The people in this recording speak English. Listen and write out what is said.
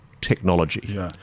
technology